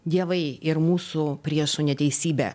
dievai ir mūsų priešų neteisybė